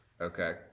Okay